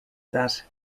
that